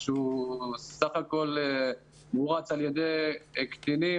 שהוא סך הכול מוערץ על ידי קטינים,